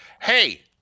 Hey